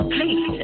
Please